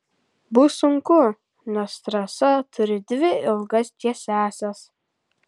bus sunku nes trasa turi dvi ilgas tiesiąsias